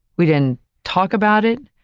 we didn't talk about it,